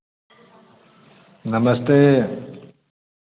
नमस्ते